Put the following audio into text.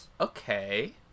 Okay